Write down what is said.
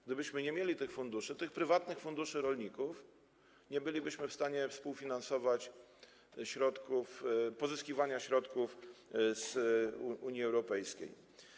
Gdybyśmy nie mieli tych funduszy, tych prywatnych funduszy rolników, nie bylibyśmy w stanie współfinansować pozyskiwania środków z Unii Europejskiej.